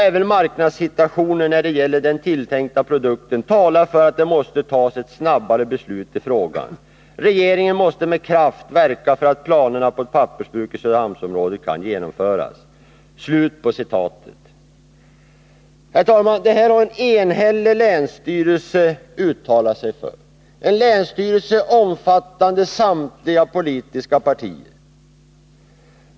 Även marknadssituationen när det gäller den tilltänkta produkten talar för att det måste tas ett snabbare beslut i frågan. Regeringen måste med kraft verka för att planerna på ett pappersbruk i Söderhamnsområdet kan genomföras.” Herr talman! Detta har länsstyrelsen enhälligt uttalat sig för — en länsstyrelse omfattande samtliga politiska partier.